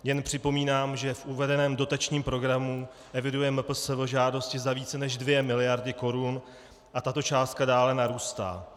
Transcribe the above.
Jen připomínám, že v uvedeném dotačním programu eviduje MPSV žádosti za více než 2 miliardy korun a tato částka dále narůstá.